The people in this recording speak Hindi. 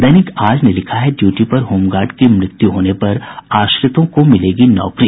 दैनिक आज ने लिखा है ड्यूटी पर होमगार्ड की मृत्यु होने पर आश्रितों को मिलेगी नौकरी